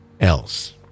else